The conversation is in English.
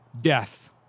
death